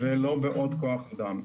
ולא בעוד כוח אדם.